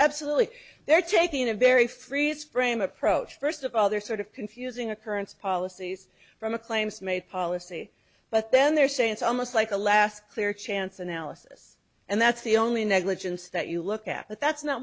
absolutely they're taking a very freeze frame approach first of all they're sort of confusing occurrence policies from a claims made policy but then they're saying it's almost like the last clear chance analysis and that's the only negligence that you look at but that's not